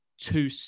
two